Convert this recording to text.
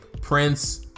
Prince